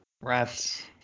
rats